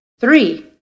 three